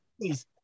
please